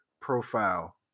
profile